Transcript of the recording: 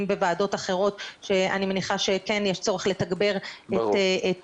בוועדות אחרות שאני מניחה שכן יש צורך לתגבר שם,